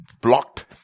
blocked